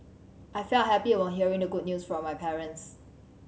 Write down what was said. I felt happy upon hearing the good news from my parents